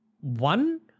one